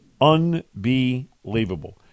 unbelievable